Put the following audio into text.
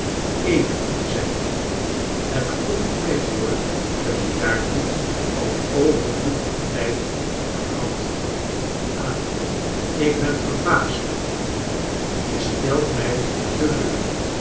amy zei hij het komt mij voor dat je daartoe al overvloed van tijd hebt gehad ha ik ben verbaasd over je je stelt mij te